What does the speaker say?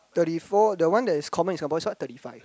thirty four the one that is common is what thirty five